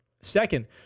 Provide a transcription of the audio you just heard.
Second